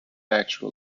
actual